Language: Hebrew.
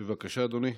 בבקשה, אדוני.